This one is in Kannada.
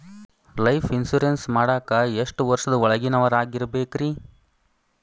ಲೈಫ್ ಇನ್ಶೂರೆನ್ಸ್ ಮಾಡಾಕ ಎಷ್ಟು ವರ್ಷದ ಒಳಗಿನವರಾಗಿರಬೇಕ್ರಿ?